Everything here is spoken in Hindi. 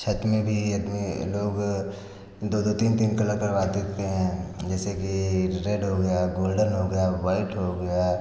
छत में भी एत में लोग दो दो तीन तीन कलर करवा देते हैं जैसे कि रेड हो गया गोल्डन हो गया वाइट हो गया